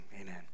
amen